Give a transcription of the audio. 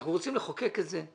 אנחנו רוצים לחוקק את זה.